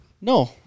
No